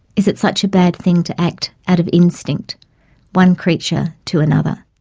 is it such a bad thing to act out of instinct one creature to another?